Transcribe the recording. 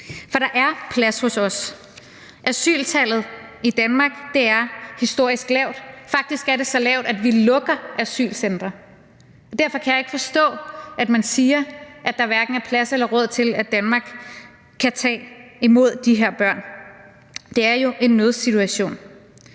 for der er plads hos os. Asyltallet i Danmark er historisk lavt, faktisk er det så lavt, at vi lukker asylcentre. Derfor kan jeg ikke forstå, at man siger, at der hverken er plads eller råd til, at Danmark kan tage imod de her børn. Det er jo en nødsituation.